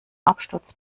absturz